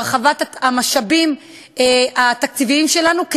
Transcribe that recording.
בהרחבת המשאבים התקציביים שלנו,